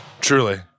Truly